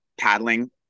paddling